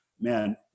Man